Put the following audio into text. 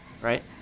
right